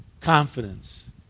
confidence